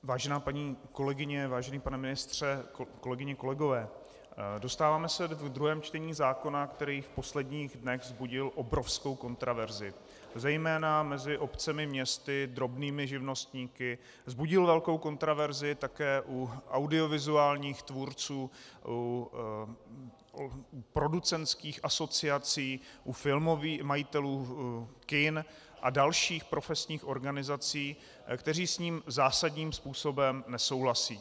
Vážená paní kolegyně, vážený pane ministře, kolegyně, kolegové, dostáváme se do druhého čtení zákona, který v posledních dnech vzbudil obrovskou kontroverzi zejména mezi obcemi, městy, drobnými živnostníky, vzbudil velkou kontroverzi také u audiovizuálních tvůrců, u producentských asociací, u majitelů kin a dalších profesních organizací, kteří s ním zásadním způsobem nesouhlasí.